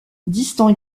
distants